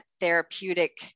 therapeutic